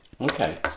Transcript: Okay